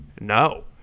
No